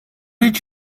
did